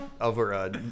over